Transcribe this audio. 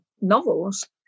novels